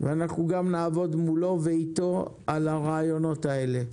נעבוד מולו ואתו על הרעיונות האלה.